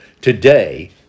Today